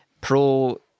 pro